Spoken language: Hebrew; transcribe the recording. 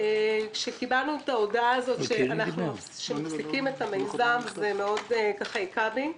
כשקיבלנו הודעה שמפסיקים את המיזם זה מאוד היכה בי.